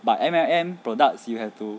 but M_L_M products you have to